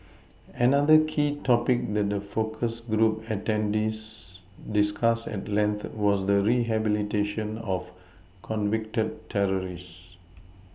another key topic that the focus group attendees discussed at length was the rehabilitation of convicted terrorists